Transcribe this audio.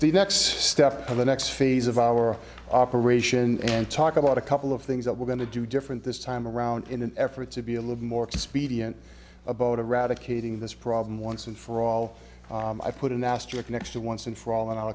the next step in the next phase of our operation and talk about a couple of things that we're going to do different this time around in an effort to be a little more expedient about eradicating this problem once and for all i put an asterisk next to once and for all